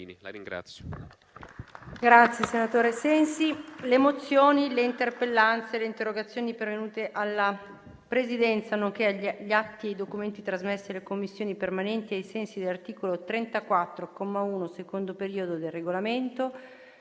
finestra"). Le mozioni, le interpellanze e le interrogazioni pervenute alla Presidenza, nonché gli atti e i documenti trasmessi alle Commissioni permanenti ai sensi dell'articolo 34, comma 1, secondo periodo, del Regolamento